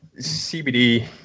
CBD